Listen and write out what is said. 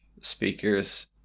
speakers